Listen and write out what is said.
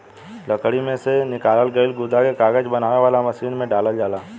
लकड़ी में से निकालल गईल गुदा के कागज बनावे वाला मशीन में डालल जाला